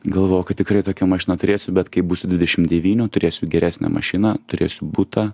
galvojau kad tikrai tokią mašiną turėsiu bet kai būsiu dvidešim devynių turėsiu geresnę mašiną turėsiu butą